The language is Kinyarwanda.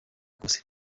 kose